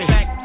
Back